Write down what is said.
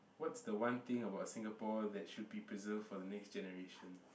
what's the one thing about Singapore that should be preserved for the next generation